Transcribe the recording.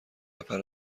نفر